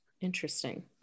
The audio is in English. Interesting